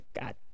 God